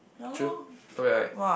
true no bad right